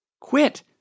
Quit